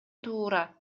туура